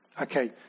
Okay